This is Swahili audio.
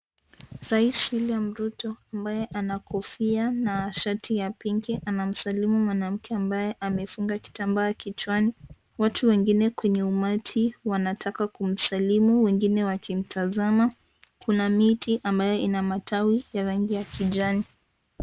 Rais William Ruto ambaye ana kofia na shati ya pinki anamsalimu mwanamke ambaye amefunga kitambaa kichwani, watu wengine kwenye umati wanataka kumsalimu wengine wakimtazama, kuna miti ambayo ina matawi ya rangi ya kijani.